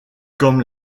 comme